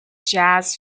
jazz